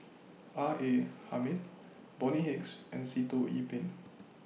R A Hamid Bonny Hicks and Sitoh Yih Pin